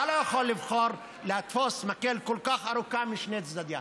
אתה לא יכול לבחור לתפוס מקל כל כך ארוך משני צדדיו,